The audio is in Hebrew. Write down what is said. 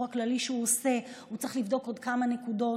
הכללי שהוא עושה הוא צריך לבדוק עוד כמה נקודות,